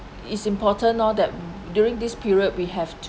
it's important lor that during this period we have t~